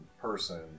person